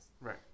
right